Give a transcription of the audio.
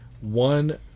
one